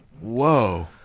Whoa